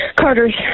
Carter's